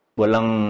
walang